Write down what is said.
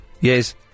Yes